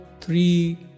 three